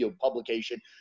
publication